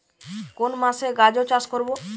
কোন মাসে গাজর চাষ করব?